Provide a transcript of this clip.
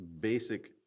basic